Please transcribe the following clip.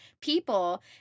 people